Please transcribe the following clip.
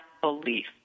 belief